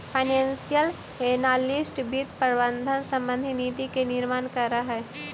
financial analyst वित्त प्रबंधन संबंधी नीति के निर्माण करऽ हइ